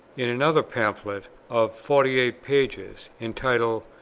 in another pamphlet of forty eight pages, entitled,